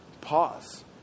Pause